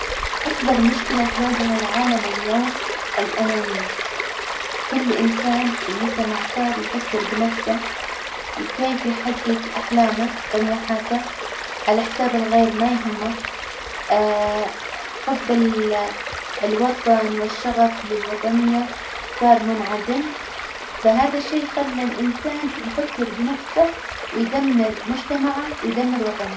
أكبر مشكلة تواجه العالم اليوم الأنانية، كل إنسان في المجتمع صار يفكر بنفسه، كيف يحجج أحلامه، طموحاته على حساب الغير ما يهمه حب الوطن والشغف للوطنية صار منعدم، فهذا الشي خلى الإنسان يفكر بنفسه، ويدمر مجتمعه، ويدمر وطنه.